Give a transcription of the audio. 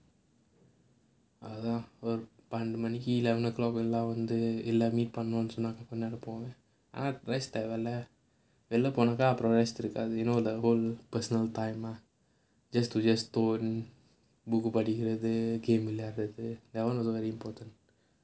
பன்னிரெண்டு மணிக்கு:pannirendu manikku eleven o'clock எல்லாம் வந்து எல்லாம்:ellaam vanthu ellaam meet பண்ணனும்னு சொன்ன என்ன நினைப்பாங்க:pannanumnu sonna enna ninaipaanga you know the whole personal time mah just to just tone book படிக்கிறது:padikkirathu game விளையாடுறது:vilaiyaadurathu that [one] also very important